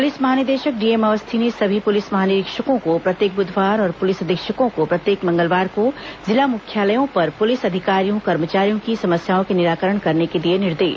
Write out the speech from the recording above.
police महानिदेशक DM Awasthi ने सभी पुलिस महानिरीक्षकों को प्रत्येक बुधवार और पुलिस अधीक्षकों को प्रत्येक मंगलवार को जिला मुख्यालयों पर पुलिस अधिकारियों कर्मचारियों की समस्याओं को निराकरण करने के दिए निर्देश